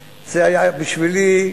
שבעה חודשים, זה היה בשבילי,